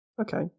okay